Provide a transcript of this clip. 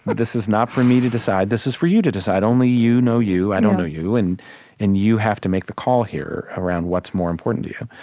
but this is not for me to decide this is for you to decide. only you know you i don't know you and and you have to make the call here around what's more important to you.